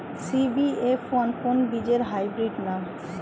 CBF one কোন বীজের hybrid নাম?